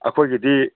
ꯑꯩꯈꯣꯏꯒꯤꯗꯤ